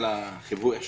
(לדיון בוועדה